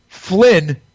Flynn